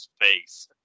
face